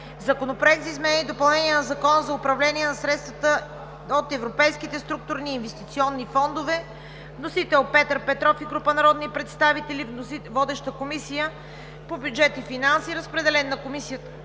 Законопроект за изменение и допълнение на Закона за управление на средствата от Европейските структурни и инвестиционни фондове. Вносители – Петър Петров и група народни представители. Водеща е Комисията по бюджет и финанси. Разпределен е на Комисията